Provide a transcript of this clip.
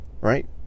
right